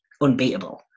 unbeatable